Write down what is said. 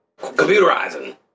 Computerizing